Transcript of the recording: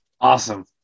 awesome